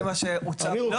אני,